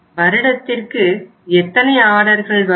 வருடத்திற்கு எத்தனை ஆர்டர்கள் வரும்